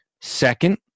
Second